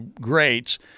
greats